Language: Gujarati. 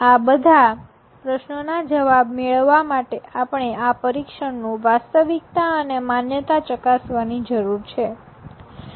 આ બધા પ્રશ્નોના જવાબ મેળવવા માટે આપણે આ પરિક્ષણનું વાસ્તવિક્તા અને માન્યતા ચકાસવાની જરૂર છે